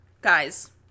guys